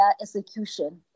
execution